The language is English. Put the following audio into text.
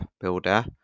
builder